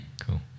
cool